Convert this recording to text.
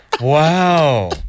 Wow